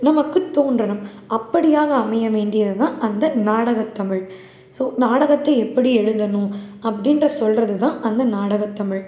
நமக்கு தோன்றணும் அப்படியாக அமைய வேண்டியது தான் அந்த நாடகத்தமிழ் ஸோ நாடகத்தை எப்படி எழுதணும் அப்படின்ற சொல்கிறது தான் அந்த நாடகத்தமிழ்